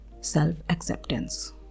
self-acceptance